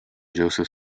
joseph